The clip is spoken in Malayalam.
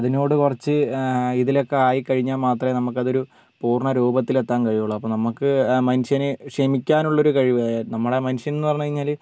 അതിനോട് കുറച്ച് ഇതിലൊക്കെ ആയിക്കഴിഞ്ഞാൽ മാത്രമേ നമക്കതൊരു പൂർണ രൂപത്തിലെത്താൻ കഴിയുള്ളു അപ്പോൾ നമുക്ക് മനുഷ്യന് ക്ഷമിക്കാനുള്ളൊരു കഴിവ് നമ്മളെ മനുഷ്യൻ എന്നു പറഞ്ഞു കഴിഞ്ഞാൽ